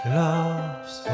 loves